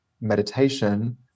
meditation